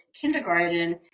kindergarten